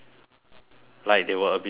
like they will abuse it lah